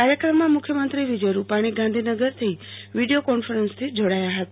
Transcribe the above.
કાર્યક્રમમાં મુખ્યમંત્રીશ્રી વિજયભોઇ રૂપાણી ગાંધીનગરથી વિડીયો કોન્ફરન્સથી જોડાયા હતા